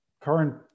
current